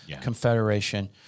Confederation